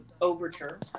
overture